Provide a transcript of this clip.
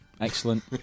Excellent